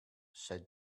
said